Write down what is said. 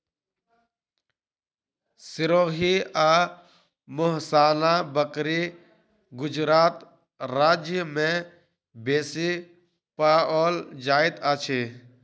सिरोही आ मेहसाना बकरी गुजरात राज्य में बेसी पाओल जाइत अछि